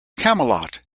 camelot